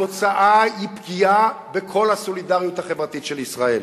התוצאה היא פגיעה בכל הסולידריות החברתית של ישראל.